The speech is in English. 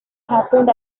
happened